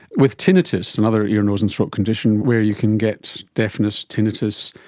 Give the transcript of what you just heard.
with tinnitus, another ear, nose and throat condition where you can get deafness, tinnitus,